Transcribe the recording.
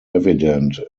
evident